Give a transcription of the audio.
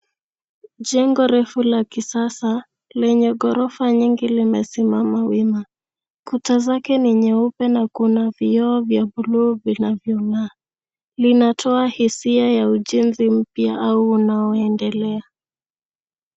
Jengo refu la kisasa lenye ghorofa nyingi limesimama wima. Kuta zake ni nyeupe na vioo vya bluu vinavyong'aa. Linatoa hisia ya ujenzi mpya au unaoendelea.